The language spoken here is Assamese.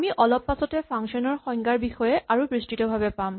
আমি অলপ পাছতে ফাংচন ৰ সংজ্ঞাৰ বিষয়ে আৰু বিস্তৃত ভাৱে পাম